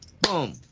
Boom